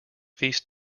feast